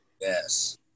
yes